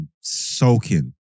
soaking